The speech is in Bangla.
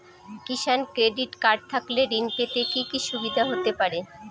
কিষান ক্রেডিট কার্ড থাকলে ঋণ পেতে কি কি সুবিধা হতে পারে?